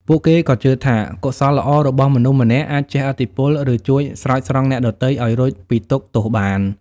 ពួកគេក៏ជឿថា កុសលល្អរបស់មនុស្សម្នាក់អាចជះឥទ្ធិពល ឬជួយស្រោចស្រង់អ្នកដទៃឱ្យរួចពីទុក្ខទោសបាន។